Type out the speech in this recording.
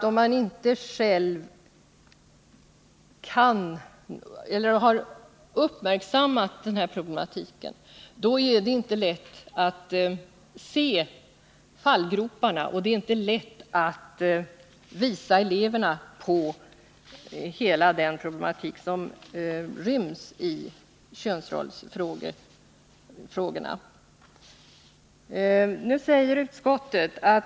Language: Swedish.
Om man inte själv har uppmärksammat denna problematik, är det inte lätt att se fallgroparna eller att visa eleverna på hela den problematik som ryms inom könsrollsfrågorna.